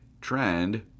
trend